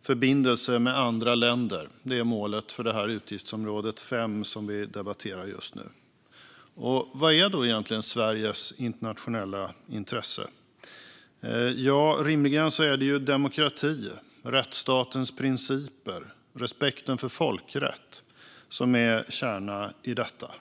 förbindelser med andra länder är målet för utgiftsområde 5, som vi debatterar just nu. Vad är då egentligen Sveriges internationella intresse? Ja, rimligen är det demokrati, rättsstatens principer och respekten för folkrätten som är kärnan i detta.